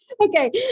Okay